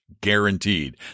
guaranteed